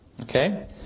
Okay